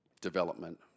development